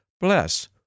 bless